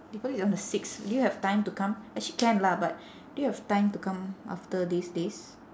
they put it on the six do you have time to come actually can lah but do you have time to come after these days